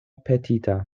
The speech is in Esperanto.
petita